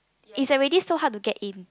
is already so hard to get in